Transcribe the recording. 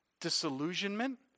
disillusionment